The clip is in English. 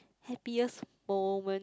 happiest moment